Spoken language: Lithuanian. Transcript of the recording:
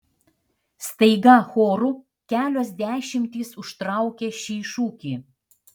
staiga choru kelios dešimtys užtraukia šį šūkį